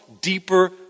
deeper